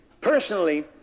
Personally